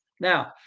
Now